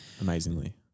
amazingly